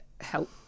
help